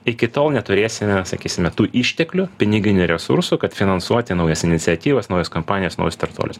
iki tol neturėsime sakysime tų išteklių piniginių resursų kad finansuoti naujas iniciatyvas naujas kampanijas naujus startuolius